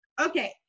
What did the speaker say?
Okay